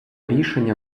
рішення